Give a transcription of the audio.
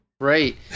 Right